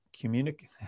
communicate